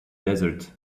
desert